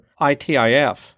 ITIF